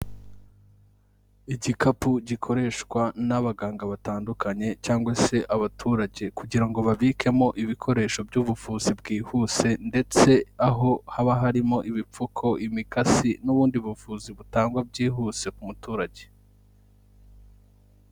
Igikapu gikoreshwa n'abaganga batandukanye cyangwa se abaturage, kugira ngo babikemo ibikoresho by'ubuvuzi bwihuse ndetse aho haba harimo ibipfuko, imikasi n'ubundi buvuzi butangwa byihuse ku muturage.